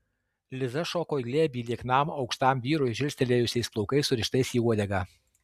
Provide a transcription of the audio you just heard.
liza šoko į glėbį lieknam aukštam vyrui žilstelėjusiais plaukais surištais į uodegą